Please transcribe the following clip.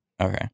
Okay